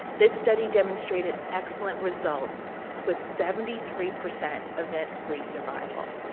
this study demonstrated excellent results with seventy three percent event-free survival.